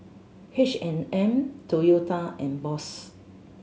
H and M Toyota and Bose